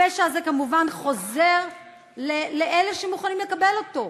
הפשע הזה כמובן חוזר לאלה שמוכנים לקבל אותו,